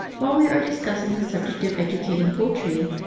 while we are discussing the subject of educating poultry,